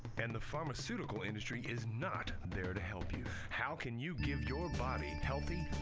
and the pharmaceutical industry is not there to help you. how can you give your body and healthy,